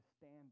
stand